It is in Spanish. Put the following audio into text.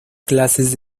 clases